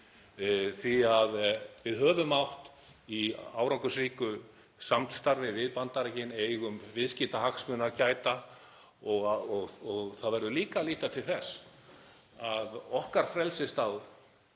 Við höfum átt í árangursríku samstarfi við Bandaríkin, eigum viðskiptahagsmuna að gæta og það verður líka að líta til þess að okkar frelsisdagur,